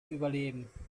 überleben